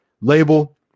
label